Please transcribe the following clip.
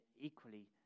equally